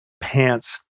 pants